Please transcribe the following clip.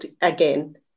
again